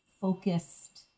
focused